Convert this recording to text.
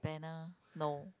banner no